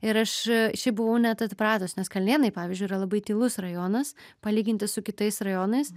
ir aš šiaip buvau net atpratus nes kalnėnai pavyzdžiui yra labai tylus rajonas palyginti su kitais rajonais